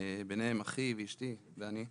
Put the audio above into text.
ביניהם אחי, אשתי ואני.